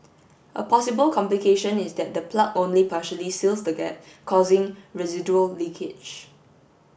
a possible complication is that the plug only partially seals the gap causing residual leakage